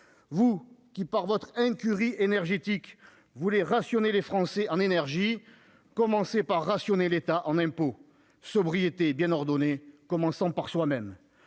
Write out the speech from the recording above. vous qui, par votre incurie énergétique, voulez rationner les Français en énergie, commencez par rationner l'État en impôts ! Sobriété bien ordonnée commence par soi-même,